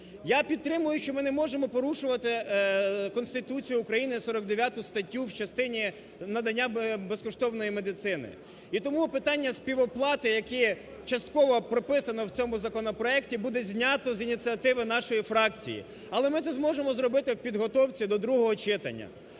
Я підтримую, що ми не можемо порушувати Конституцію України 49 статтю в частині надання безкоштовної медицини. І тому питання співоплати, яке частково прописано в цьому законопроекті, буде знято з ініціативи нашої фракції. Але ми це зможемо зробити в підготовці до другого читання.